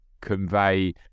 convey